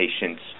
patients